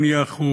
נניח.